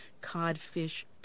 Codfish